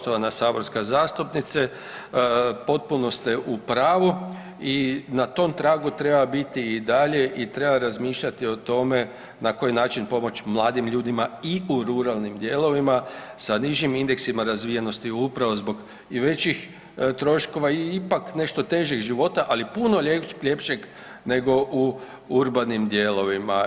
Poštovana saborska zastupnice, potpuno ste u pravu i na tom tragu treba biti i dalje i treba razmišljati o tome na koji način pomoć mladim ljudima i u ruralnim dijelovima sa nižim indeksima razvijenosti upravo i zbog većih troškova i ipak nešto težeg života, ali puno ljepšeg nego u urbanim dijelovima.